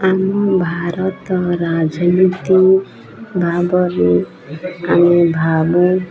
ଆମ ଭାରତ ରାଜନୀତି ଭାବରେ ଆମେ ଭାବୁ